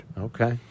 okay